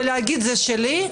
ולהגיד: זה שלי,